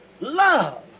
love